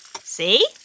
See